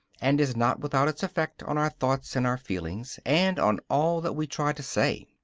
and is not without its effect on our thoughts and our feelings, and on all that we try to say.